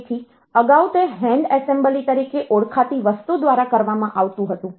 તેથી અગાઉ તે હેન્ડ એસેમ્બલી તરીકે ઓળખાતી વસ્તુ દ્વારા કરવામાં આવતું હતું